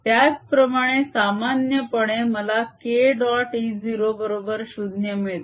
त्याचप्रमाणे सामान्यपणे मला k डॉट e0 बरोबर 0 मिळते